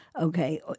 okay